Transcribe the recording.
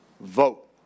Vote